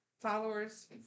followers